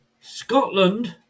Scotland